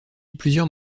plusieurs